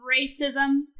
racism